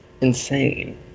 insane